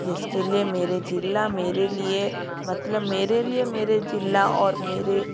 जिसके लिए मेरे ज़िला मेरे लिए मतलब मेरे लिए मेरे ज़िला और मेरा